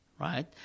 right